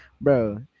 Bro